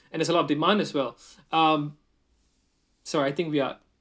and there's a lot of demand as well um sorry I think we are